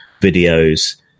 videos